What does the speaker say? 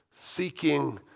seeking